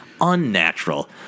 unnatural